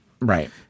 Right